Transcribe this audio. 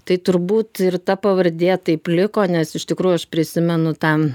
tai turbūt ir ta pavardė taip liko nes iš tikrųjų aš prisimenu tą